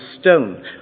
stone